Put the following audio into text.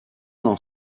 dans